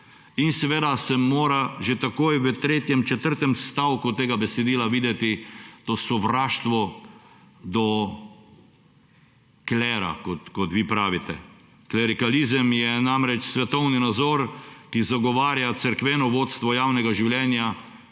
in seveda se mora že takoj v tretjem, četrtem stavku tega besedila videti to sovraštvo do klera, kot vi pravite. Klerikalizem je namreč svetovni nazor, ki zagovarja cerkveno vodstvo javnega življenja;